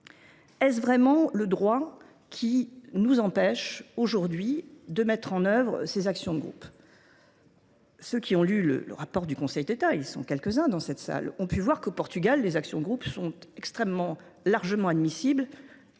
Est ce vraiment le droit qui nous empêche aujourd’hui de mettre en œuvre des actions de groupe ? Ceux qui ont lu le rapport du Conseil d’État – ils sont quelques uns dans cet hémicycle – ont pu y lire qu’au Portugal les actions de groupe, bien qu’étant largement admissibles,